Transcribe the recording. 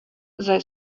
they